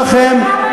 שלכם,